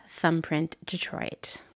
ThumbprintDetroit